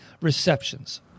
receptions